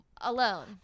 alone